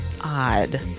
odd